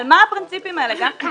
על מה הפרינציפים האלה, גפני?